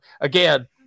Again